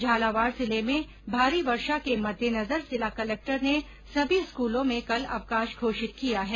झालावाड जिले में भारी वर्षा के मददेनजर जिला कलेक्टर ने सभी स्कलों में कल अवकाश घोषित किया है